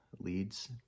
leads